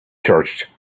church